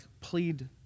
plead